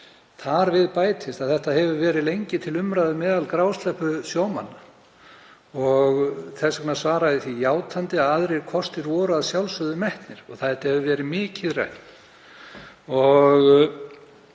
Þar við bætist að þetta hefur verið lengi til umræðu meðal grásleppusjómanna. Þess vegna svaraði ég því játandi að aðrir kostir hefðu að sjálfsögðu verið metnir og þetta hefði verið mikið rætt.